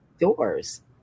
doors